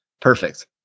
perfect